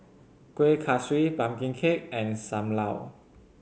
Kueh Kaswi pumpkin cake and Sam Lau